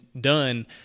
done